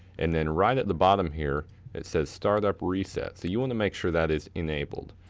and then right at the bottom here it says startup reset. so you wanna make sure that is enabled.